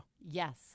Yes